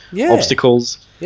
obstacles